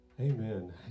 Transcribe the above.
Amen